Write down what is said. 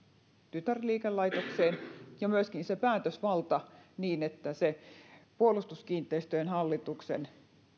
tytärliikelaitokseen ja myöskin se päätösvalta niin että sen puolustuskiinteistöjen hallituksen